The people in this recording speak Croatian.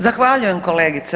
Zahvaljujem kolegice.